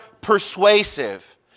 persuasive